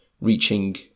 reaching